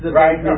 right